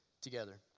together